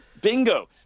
Bingo